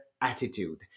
attitude